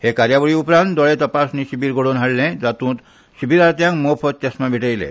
हे कार्यावळी उपरांत दोळे तपासणी शिबीर घडोवन हाडलें जात्रंत शिवीरार्थ्यांक मोफत चश्मा भेटयले